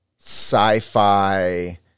sci-fi